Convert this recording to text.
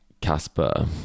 Casper